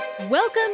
Welcome